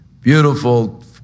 Beautiful